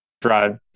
drive